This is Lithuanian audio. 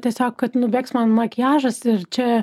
tiesiog kad nubėgs man makiažas ir čia